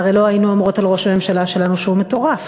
והרי לא היינו אומרות על ראש הממשלה שלנו שהוא מטורף,